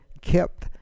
kept